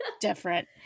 different